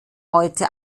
heute